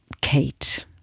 kate